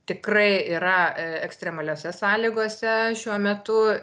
tikrai yra ekstremaliose sąlygose šiuo metu